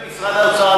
אם עסקינן במשרד האוצר,